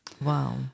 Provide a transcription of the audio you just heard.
Wow